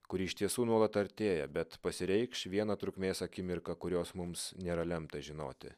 kuri iš tiesų nuolat artėja bet pasireikš viena trukmės akimirka kurios mums nėra lemta žinoti